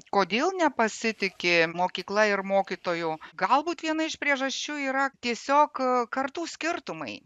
kodėl nepasitiki mokykla ir mokytoju galbūt viena iš priežasčių yra tiesiog a kartų skirtumai